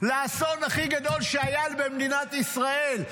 לאסון הכי גדול שהיה במדינת ישראל,